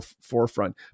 forefront